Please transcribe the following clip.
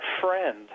friend